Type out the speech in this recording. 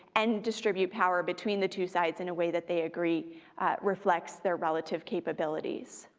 and distribute power between the two sides in a way that they agree reflects their relative capabilities.